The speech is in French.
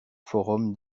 forum